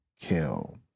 kill